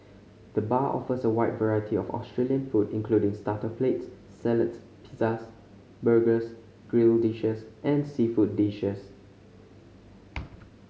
the bar offers a wide variety of Australian food including starter plates salads pizzas burgers grill dishes and seafood dishes